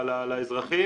לאזרחים,